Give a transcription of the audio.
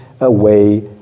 away